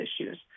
issues